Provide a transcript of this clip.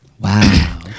Wow